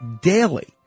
daily